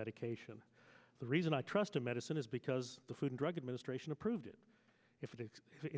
medication the reason i trust a medicine is because the food and drug administration approved it if it is